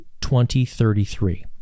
2033